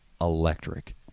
electric